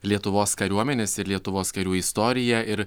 lietuvos kariuomenės ir lietuvos karių istoriją ir